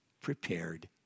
prepared